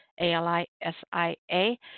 A-L-I-S-I-A